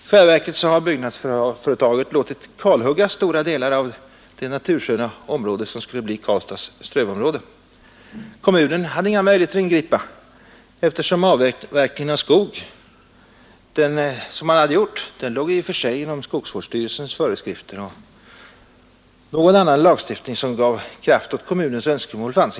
I själva verket har byggnadsföretaget låtit kalhugga stora delar av det natursköna område som skulle bli Karlstads strövområde. Kommunen hade inga möjligheter att ingripa, eftersom den avverkning av skog som man genomfört i och för sig låg inom skogsvårdsstyrelsens föreskrifter och någon annan lagstiftning som gav kraft åt kommunens önskemål inte fanns.